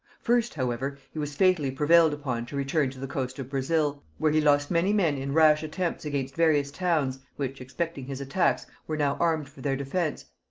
first, however, he was fatally prevailed upon to return to the coast of brazil, where he lost many men in rash attempts against various towns, which expecting his attacks were now armed for their defence,